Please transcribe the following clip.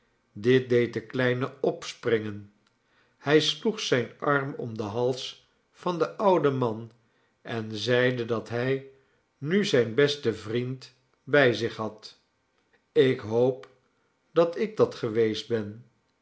dit deed den kleine opspringen hij sloeg zijn arm om den hals van den ouden man en zeide dat hij nu zijn besten vriend bij zich had ik hoop dat ik dat geweest ben